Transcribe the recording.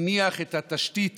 הניח את התשתית